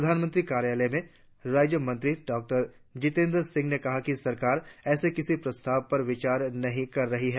प्रधानमंत्री कार्यालय में राज्यमंत्री डॉ जितेन्द्र सिंह ने कहा कि सरकार ऎसे किसी प्रस्ताव पर विचार नहीं कर रही है